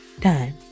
time